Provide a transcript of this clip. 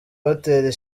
hotel